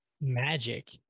magic